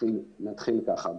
נתחיל ככה,